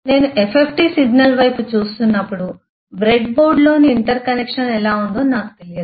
నేను FFT signal వైపు చూస్తున్నప్పుడు బ్రెడ్బోర్డ్లోని ఇంటర్ కనెక్షన్ ఎలా ఉందో నాకు తెలియదు